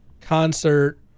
concert